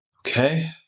Okay